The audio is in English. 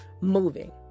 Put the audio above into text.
moving